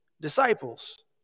disciples